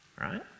right